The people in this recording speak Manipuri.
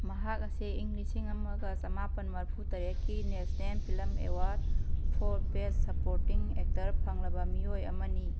ꯃꯍꯥꯛ ꯑꯁꯤ ꯏꯪ ꯂꯤꯁꯤꯡ ꯑꯃꯒ ꯆꯃꯥꯄꯜ ꯃꯔꯐꯨ ꯇꯔꯦꯠꯀꯤ national film award for best supporting actor ꯐꯪꯂꯕ ꯃꯤꯑꯣꯏ ꯑꯃꯅꯤ